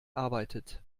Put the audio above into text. arbeitet